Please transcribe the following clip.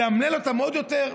לאמלל אותם עוד יותר?